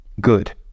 good